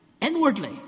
inwardly